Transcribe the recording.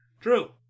True